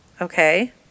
Okay